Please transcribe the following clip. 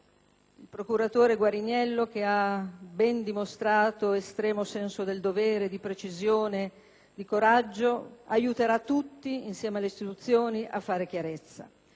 Il procuratore Guariniello, che ha dimostrato estremo senso del dovere, precisione e coraggio, aiuterà tutti, insieme alle istituzioni, a fare chiarezza.